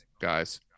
guys